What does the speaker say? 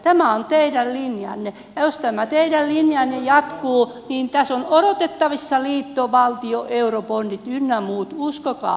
tämä on teidän linjanne ja jos tämä teidän linjanne jatkuu niin tässä on odotettavissa liittovaltio eurobondit ynnä muuta